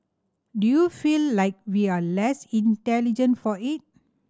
do you feel like we are less intelligent for it